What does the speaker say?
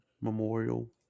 memorial